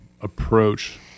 approach